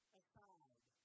aside